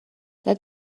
let